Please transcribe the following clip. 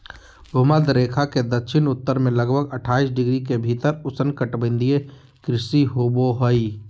भूमध्य रेखा के दक्षिण उत्तर में लगभग अट्ठाईस डिग्री के भीतर उष्णकटिबंधीय कृषि होबो हइ